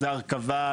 זה הרכבה.